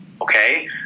Okay